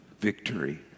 victory